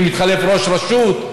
ומתחלף ראש רשות,